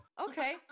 okay